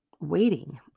waiting